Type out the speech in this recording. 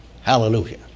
Hallelujah